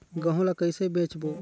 गहूं ला कइसे बेचबो?